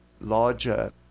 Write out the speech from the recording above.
larger